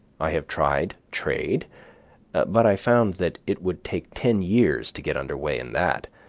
i have tried trade but i found that it would take ten years to get under way in that,